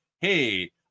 hey